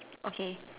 okay